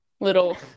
Little